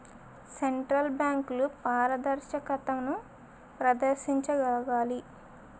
central బ్యాంకులు పారదర్శకతను ప్రదర్శించగలగాలి